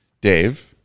Dave